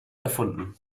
erfunden